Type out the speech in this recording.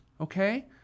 Okay